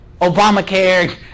Obamacare